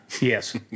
Yes